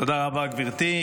תודה רבה, גברתי.